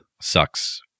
sucks